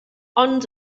ond